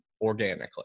organically